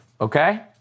okay